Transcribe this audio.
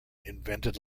invented